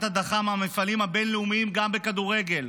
הדחה מהמפעלים הבין-לאומיים גם בכדורגל.